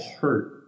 hurt